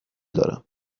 دارم